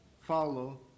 follow